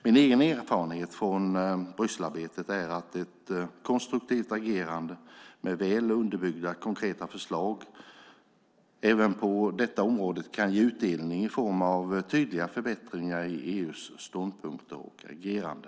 Min egen erfarenhet från Brysselarbetet är att ett konstruktivt agerande med väl underbyggda konkreta förslag även på detta område kan ge utdelning i form av tydliga förbättringar i EU:s ståndpunkter och agerande.